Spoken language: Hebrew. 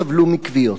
סבלו מכוויות.